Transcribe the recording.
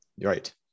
right